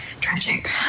Tragic